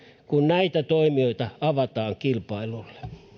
kun näitä toimintoja avataan kilpailulle